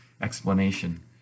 explanation